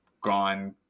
gone